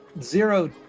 zero